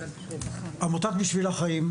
עמותת "בשביל החיים",